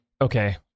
Okay